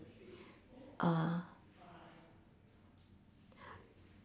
err